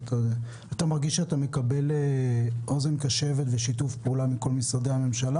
אתה מרגיש שאתה מקבל אוזן קשבת ושיתוף פעולה מכל משרדי הממשלה,